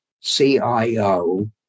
CIO